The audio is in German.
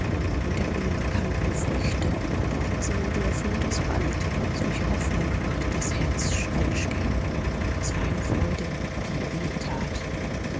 und der unbekannten früchte dort sein dürfen und das bald solche hoffnung machte das herz stillstehen es war eine freude die weh tat